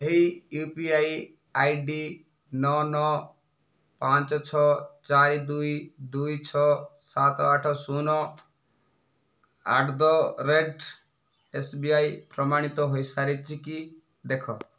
ଏହି UPI ID ନଅ ନଅ ପାଞ୍ଚ ଛଅ ଚାରି ଦୁଇ ଦୁଇ ଛଅ ସାତ ଆଠ ଶୂନ ଆଟ୍ ଦ ରେଟ୍ ଏସବିଆଇ ପ୍ରମାଣିତ ହୋଇସାରିଛି କି ଦେଖ